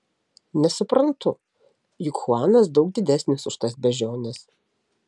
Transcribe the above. nesuprantu juk chuanas daug didesnis už tas beždžiones